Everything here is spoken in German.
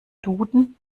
duden